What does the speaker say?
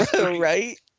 right